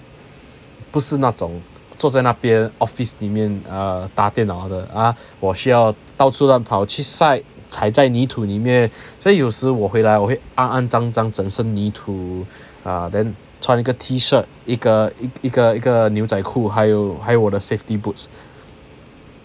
不是那种坐在那边 office 里面 uh 打电脑的 ah 我需要到处乱跑去 site 踩在泥土里面所以有时我会 like 我会肮肮脏脏整身泥土 uh then 穿一个 T shirt 一个一个一个牛仔裤还有还有我的 safety boots